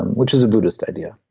which is a buddhist idea